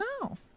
No